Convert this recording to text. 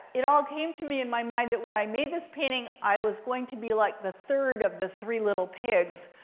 it all came to me in my mind that, when i made this painting, i was going to be like the third of the three little pigs,